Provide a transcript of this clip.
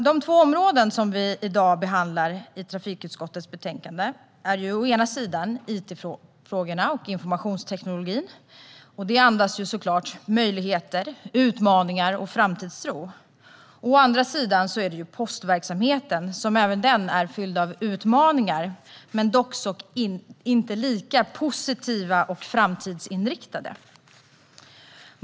Det två områden som vi i dag behandlar i trafikutskottets betänkande är å ena sidan it-frågorna och informationstekniken, områden som andas möjligheter, utmaningar och framtidstro, och å andra sidan postverksamheten, som även den är fylld av utmaningar, dock inte lika positiva och framtidsinriktade.